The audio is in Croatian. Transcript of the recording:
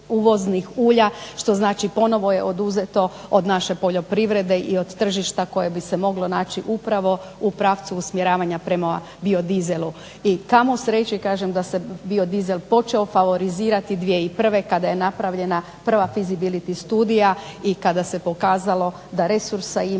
uvoznih ulja, što znači ponovno je oduzeto od naše poljoprivrede i tržišta koje bi se moglo naći upravo u pravcu usmjeravanja prema biodieselu i kamo sreće da se bio diesel počeo favorizirati 2001. kada je napravljena prva visibility studija i kada se pokazalo da resursa imamo,